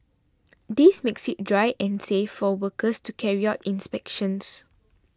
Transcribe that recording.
this makes it dry and safe for workers to carry out inspections